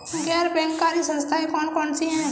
गैर बैंककारी संस्थाएँ कौन कौन सी हैं?